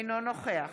אינו נוכח